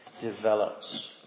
develops